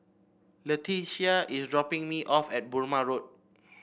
Letitia is dropping me off at Burmah Road